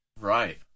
right